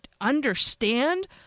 understand